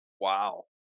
Wow